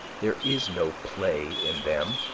there is no play in them,